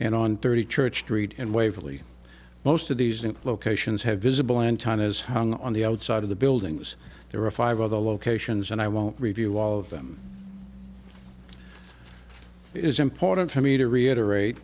and on thirty church street and waverly most of these implications have visible antanas hung on the outside of the buildings there are five other locations and i won't review all of them it is important for me to reiterate